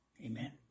Amen